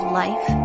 life